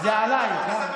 זה עליי.